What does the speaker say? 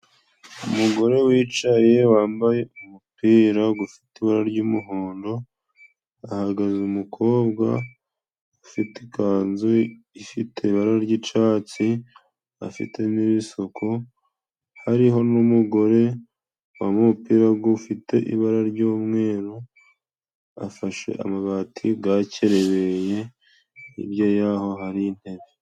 Umugore wicaye wambaye umupira gufite ibara ry'umuhondo， hahagaze umukobwa ufite ikanzu ifite ibara ryicyatsi，afite n’ibisuko hariho'umugore wambaye umupira ufite ibara ry'umweru afashe amabati gakerereye ，hirya yaho hari intebe.